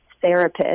therapist